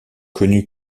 connue